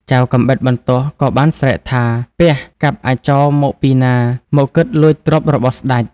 ចៅកាំបិតបន្ទោះក៏បានស្រែកថា "ពះ! កាប់អាចោរមកពីណា មកគិតលួចទ្រព្យរបស់ស្ដេច"។